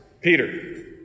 Peter